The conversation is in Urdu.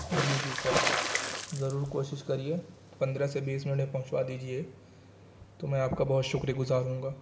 جی جی سر ضرور کوشش کریے پندرہ سے بیس منٹ میں پہنچوا دیجیے تو میں آپ کا بہت شکرگزار ہوں گا